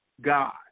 God